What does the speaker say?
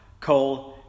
Cole